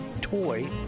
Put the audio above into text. toy